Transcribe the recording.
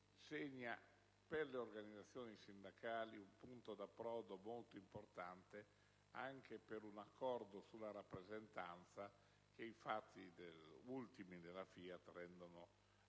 segna per le organizzazioni sindacali un punto d'approdo molto importante, anche per un accordo sulla rappresentanza che i fatti ultimi della FIAT rendono ancora